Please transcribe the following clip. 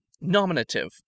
Nominative